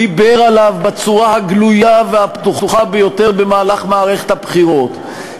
דיבר עליו בצורה הגלויה והפתוחה ביותר במערכת הבחירות,